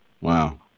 Wow